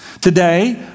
Today